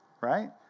right